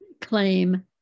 claim